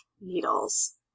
needles